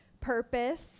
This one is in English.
purpose